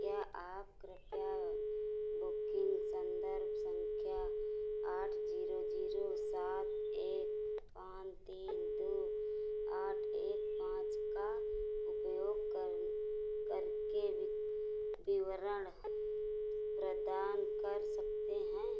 क्या आप कृपया बुकिन्ग सन्दर्भ सँख्या आठ ज़ीरो ज़ीरो सात एक पाँच तीन दो आठ एक पाँच का उपयोग कर करके वि विवरण प्रदान कर सकते हैं